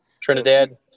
Trinidad